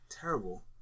terrible